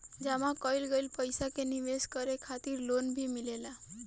जामा कईल गईल पईसा के निवेश करे खातिर लोन भी मिलेला